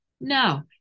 No